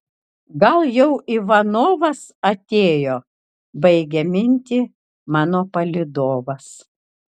gal jau ivanovas atėjo baigia mintį mano palydovas